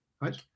right